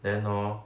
then hor